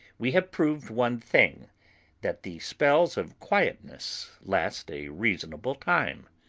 we have proved one thing that the spells of quietness last a reasonable time.